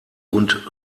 und